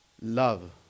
love